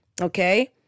okay